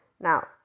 now